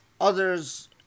Others